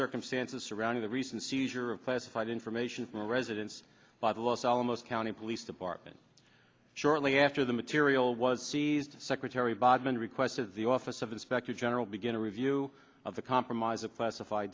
circumstances surrounding the recent seizure of classified information from a residence by the los alamos county police department shortly after the material was seized the secretary bodman requested the office of inspector general begin a review of the compromise